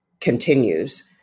continues